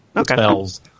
spells